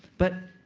but,